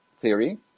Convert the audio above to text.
theory